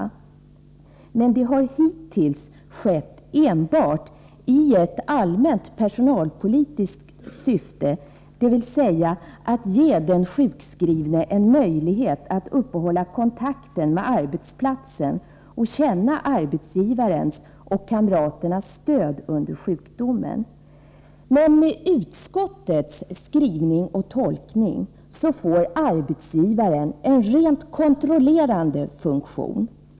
Men det har hittills skett enbart i ett allmänt personalpolitiskt syfte, dvs. att ge den sjukskrivne en möjlighet att uppehålla kontakten med arbetsplatsen och känna arbetsgivarens och kamraternas stöd under sjukdomen. Men enligt utskottets skrivning och tolkning får arbetsgivaren en rent kontrollerande funktion.